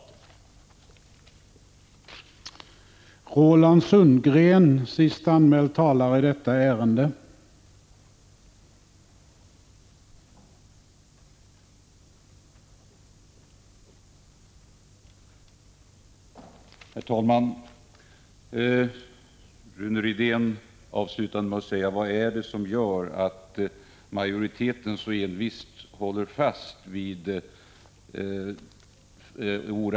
15 maj 1986